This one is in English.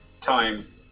time